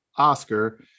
oscar